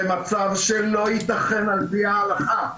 זה מצב שלא יתכן על פי ההלכה,